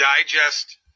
digest